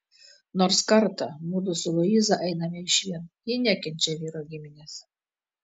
nors kartą mudu su luiza einame išvien ji nekenčia vyro giminės